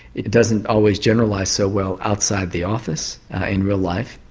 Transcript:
it doesn't always generalise so well outside the office in real life,